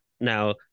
now